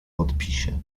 podpisie